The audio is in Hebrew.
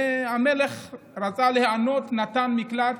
המלך רצה להיענות, נתן נקלט,